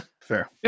Fair